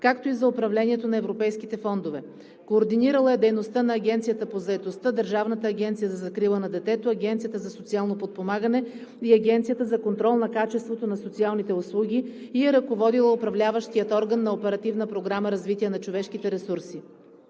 както и за управлението на европейските фондове. Координирала е дейността на Агенцията по заетостта, Държавната агенция за закрила на детето, Агенцията за социално подпомагане и Агенцията за контрол на качеството на социалните услуги и е ръководила Управляващия орган на Оперативна програма „Развитие на човешките ресурси“.